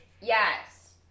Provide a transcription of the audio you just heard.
Yes